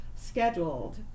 scheduled